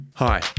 Hi